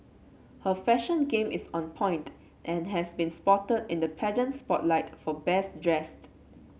her fashion game is on point and has been spotted in the pageant spotlight for best dressed